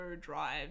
drive